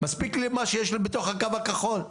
מספיק לי מה שיש לי בתוך הקו הכחול.